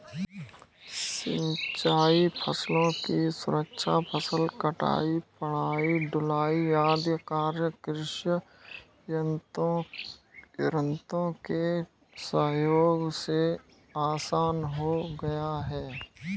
सिंचाई फसलों की सुरक्षा, फसल कटाई, मढ़ाई, ढुलाई आदि कार्य कृषि यन्त्रों के सहयोग से आसान हो गया है